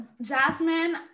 Jasmine